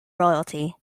royalty